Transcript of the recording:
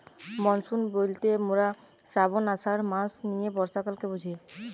monsoon বইলতে মোরা শ্রাবন, আষাঢ় মাস নিয়ে বর্ষাকালকে বুঝি